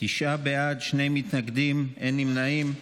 תשעה בעד, שני מתנגדים, אין נמנעים.